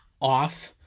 off